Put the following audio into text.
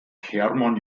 hermann